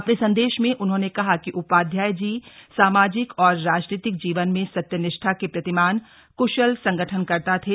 अपने संदेश में उन्होंने कहा कि उपाध्याय जी सामाजिक और राजनीतिक जीवन में सत्यनिष्ठा के प्रतिमान कृशल संगठनकर्ता थे